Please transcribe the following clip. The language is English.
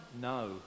No